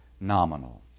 nominal